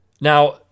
Now